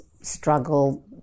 struggle